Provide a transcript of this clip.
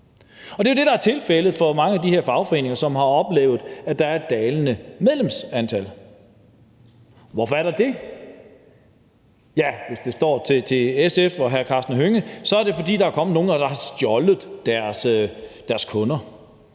er. Det er jo det, der er tilfældet for mange af de her fagforeninger, som har oplevet, at der er et dalende medlemsantal. Hvorfor er der det? Ja, hvis det står til SF og hr. Karsten Hønge, er det, fordi der er kommet nogle, der har stjålet deres kunder.